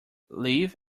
live